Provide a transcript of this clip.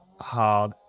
hard